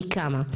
מכמה?